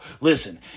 listen